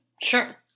sure